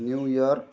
new York